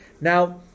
now